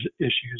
issues